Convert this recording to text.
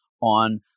on